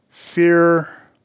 Fear